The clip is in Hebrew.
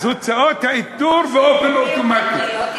אז הוצאות האיתור, באופן אוטומטי.